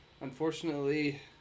Unfortunately